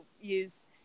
use